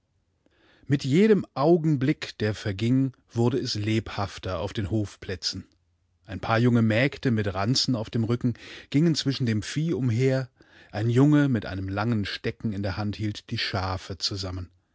mit jedem augenblick der verging wurde es lebhafter auf den hofplätzen einpaarjungemägdemitranzenaufdemrückengingenzwischendemvieh umher ein junge mit einem langen stecken in der hand hielt die schafe zusammen